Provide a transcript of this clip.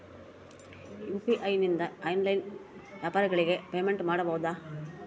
UPI ನಿಂದ online ವ್ಯಾಪಾರಗಳಿಗೆ payment ಮಾಡಬಹುದಾ?